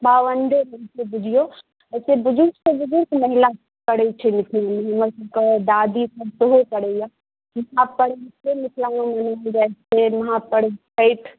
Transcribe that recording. पाबंदी रहै छै बुझियो एतौ बुजुर्ग सँ बुजुर्ग महिला करे छै मिथिला मे हमर सबके दादी सब सेहो करैया एकटा पर्व छै मिथिला मे मनायल जाइ छै महापर्व छठि